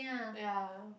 ya